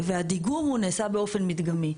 והדיגום הוא נעשה באופן מדגמי.